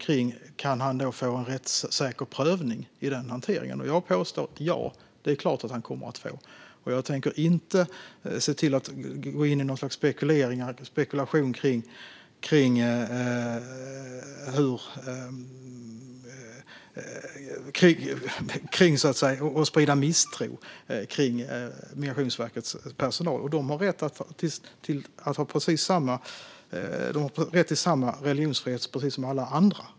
Han undrar om konvertiten kan få en rättssäker prövning i den hanteringen. Jag påstår att svaret är ja. Det är klart att han kommer att få det. Jag tänker inte gå in i något slags spekulationer och sprida misstro kring Migrationsverkets personal. De har nämligen precis samma religionsfrihet som alla andra.